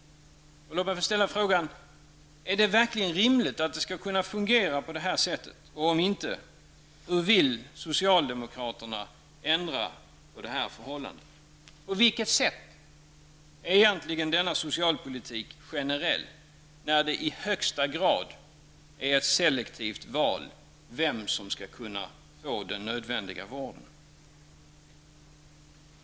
Låt mig fråga: Är det verkligen rimligt att det skall fungera på det här sättet? Och om inte, hur vill socialdemokraterna ändra på detta förhållande? På vilket sätt är egentligen denna socialpolitik generell, när det i högsta grad är ett selektivt val vem som skall kunna få den nödvändiga vården?